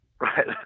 Right